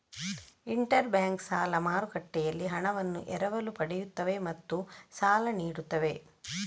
inter bank ಸಾಲ ಮಾರುಕಟ್ಟೆಯಲ್ಲಿ ಹಣವನ್ನು ಎರವಲು ಪಡೆಯುತ್ತವೆ ಮತ್ತು ಸಾಲ ನೀಡುತ್ತವೆ